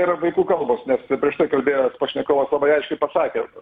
yra vaikų kalbos nes prieš tai kalbėjęs pašnekovas labai aiškiai pasakė